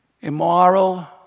immoral